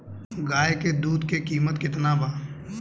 गाय के दूध के कीमत केतना बा?